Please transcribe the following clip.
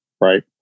right